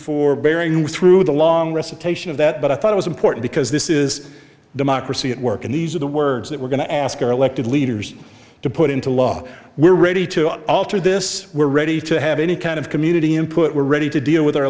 for bearing with through the long recitation of that but i thought it was important because this is democracy at work and these are the words that we're going to ask our elected leaders to put into law we're ready to alter this we're ready to have any kind of community input we're ready to deal with our